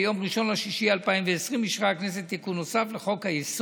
ביום 1 ביוני 2020 אישרה הכנסת תיקון נוסף לחוק-היסוד,